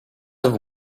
have